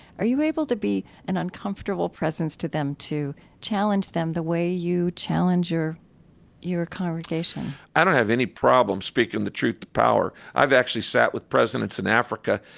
are you able to be an uncomfortable presence to them, to challenge them the way you challenge your your congregation? i don't have any problem speaking the truth to power. i've actually sat with presidents in africa.